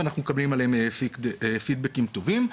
ואנחנו מקבלים עליהם פידבקים טובים.